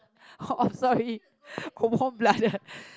orh sorry warm blooded